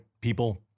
people